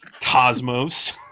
cosmos